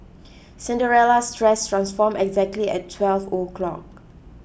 Cinderella's dress transformed exactly at twelve o'clock